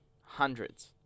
Hundreds